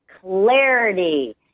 clarity